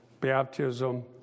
baptism